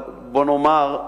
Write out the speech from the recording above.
אבל בוא נאמר,